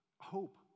Hope